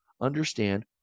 understand